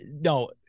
no